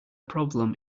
problem